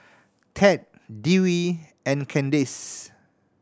Tad Dewey and Candace